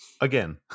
again